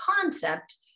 concept